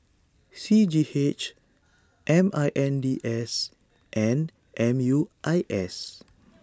C G H M I N D S and M U I S